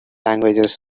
languages